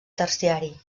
terciari